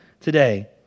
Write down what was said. today